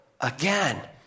again